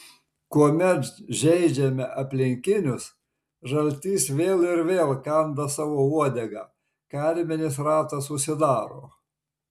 kuomet žeidžiame aplinkinius žaltys vėl ir vėl kanda savo uodegą karminis ratas užsidaro